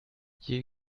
hier